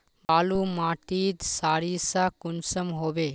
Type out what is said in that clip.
बालू माटित सारीसा कुंसम होबे?